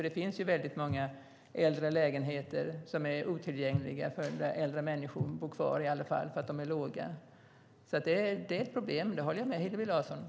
Det finns ju väldigt många äldre lägenheter som inte är tillgängliga för äldre människor att bo kvar i. Det finns problem - det håller jag med Hillevi Larsson om.